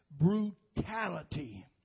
brutality